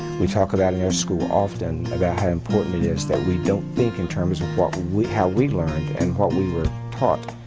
we talk about in our school often about how important it is that we don't think in terms of what we how we learned and what we were taught.